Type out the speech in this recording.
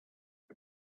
why